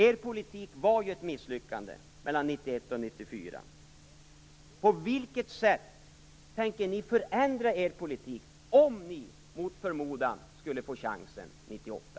Er politik var ju ett misslyckande mellan 1991 och 1994. På vilket sätt tänker ni förändra er politik om ni, mot förmodan, skulle få chansen 1998?